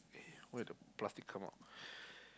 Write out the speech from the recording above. eh why the plastic come out